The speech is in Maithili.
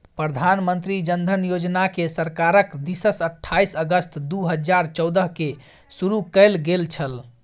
प्रधानमंत्री जन धन योजनाकेँ सरकारक दिससँ अट्ठाईस अगस्त दू हजार चौदहकेँ शुरू कैल गेल छल